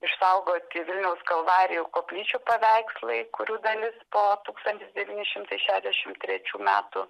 išsaugoti vilniaus kalvarijų koplyčių paveikslai kurių dalis po tūkstantis devyni šimtai šešiasdešimt trečių metų